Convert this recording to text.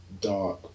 dark